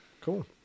cool